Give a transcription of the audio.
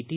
T